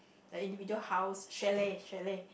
like individual house chalet chalet